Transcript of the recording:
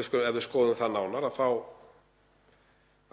Ef við skoðum það nánar þá